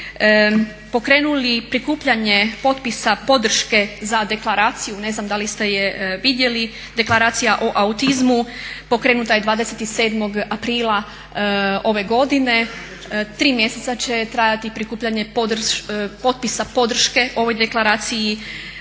pokrenuli prikupljanje potpisa podrške za deklaraciju, ne znam da li ste je vidjeli. Deklaracija o autizmu pokrenuta je 27. aprila ove godine, tri mjeseca će trajati prikupljanje potpisa podrške ovoj deklaraciji.